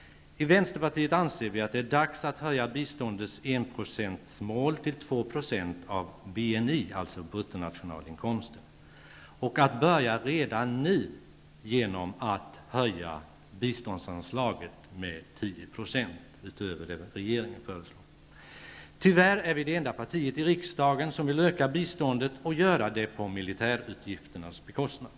I Vänsterpartiet anser vi att det är dags att höja biståndets enprocentsmål till 2 % av BNI och att börja redan nu genom att höja biståndsanslaget med 10 % utöver vad regeringen föreslår. Tyvärr är vi det enda partiet i riksdagen som vill öka biståndet och göra det på militärutgifternas bekostnad.